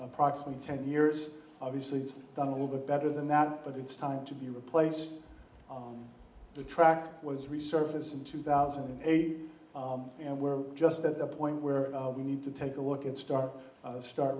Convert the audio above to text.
approximately ten years obviously it's done a little bit better than that but it's time to be replaced the track was resurface in two thousand and eight and we're just at the point where we need to take a look at start start